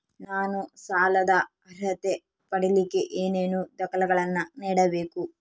ನಾನು ಸಾಲದ ಅರ್ಹತೆ ಪಡಿಲಿಕ್ಕೆ ಏನೇನು ದಾಖಲೆಗಳನ್ನ ನೇಡಬೇಕು?